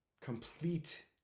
complete